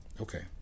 Okay